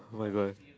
oh my god